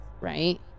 right